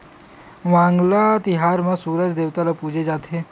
वांगला तिहार म सूरज देवता ल पूजे जाथे